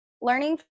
learning